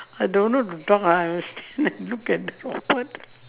I don't know the ah I will stand and look at the robot